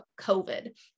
COVID